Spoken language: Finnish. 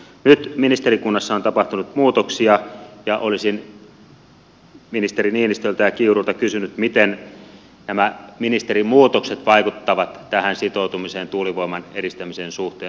nyt ministerikunnassa on tapahtunut muutoksia ja olisin ministeri niinistöltä ja kiurulta kysynyt miten nämä ministerimuutokset vaikuttavat tähän sitoutumiseen tuulivoiman edistämisen suhteen